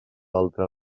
altre